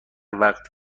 وقت